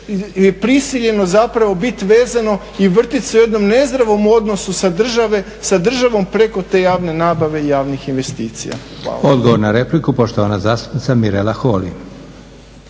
prisiljeno zapravo biti vezano i vrtjeti se u jednom nezdravom odnosu sa državom preko te javne nabave i javnih investicija.